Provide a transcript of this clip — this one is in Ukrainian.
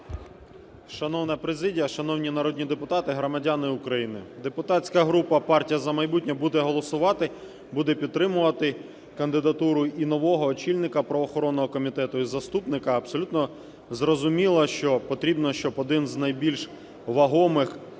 Шановна президія, шановні народні депутати, громадяни України! Депутатська група "Партія "За майбутнє" буде голосувати, буде підтримувати кандидатуру і нового очільника правоохоронного комітету, і заступника. Абсолютно зрозуміло, що потрібно щоб один з найбільш вагомих